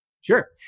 Sure